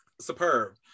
superb